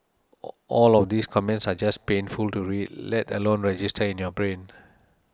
all of these comments are just painful to read let alone register in your brain